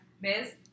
Miss